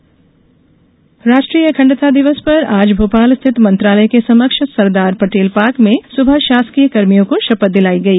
अखंडता दिवस राष्ट्रीय अखण्डता दिवस पर आज भोपाल स्थित मंत्रालय के समक्ष सरदार पटेल पार्क में सुबह शासकीय कर्मियों को शपथ दिलाई गई